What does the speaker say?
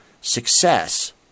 success